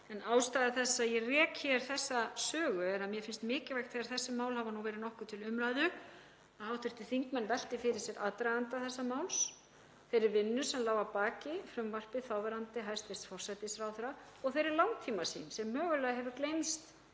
Ástæða þess að ég rek hér þessa sögu er að mér finnst mikilvægt þegar þessi mál hafa verið nokkuð til umræðu að hv. þingmenn velti fyrir sér aðdraganda þessa máls, þeirri vinnu sem lá að baki frumvarpi þáverandi hæstv. forsætisráðherra og þeirri langtímasýn sem mögulega hefur gleymst